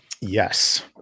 Yes